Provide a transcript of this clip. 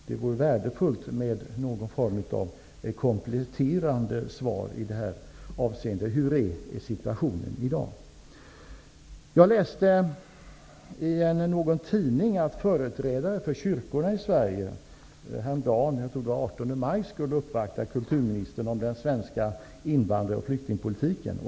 Det vore värdefullt med någon form av kompletterande svar avseende hur situationen är i dag. Jag läste i någon tidning att företrädare för kyrkorna i Sverige häromdagen, jag tror att det var den 18 maj, skulle uppvakta kulturministern om den svenska invandrar och flyktingpolitiken.